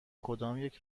کدامیک